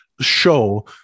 show